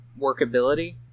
workability